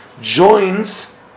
joins